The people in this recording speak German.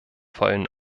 vollen